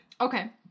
Okay